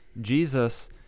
Jesus